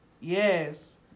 yes